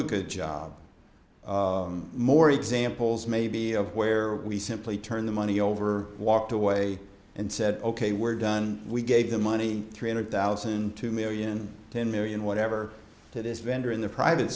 a good job more examples maybe of where we simply turned the money over walked away and said ok we're done we gave the money three hundred thousand two million ten million whatever that is vendor in the private